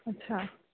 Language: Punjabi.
ਅੱਛਾ